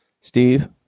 Steve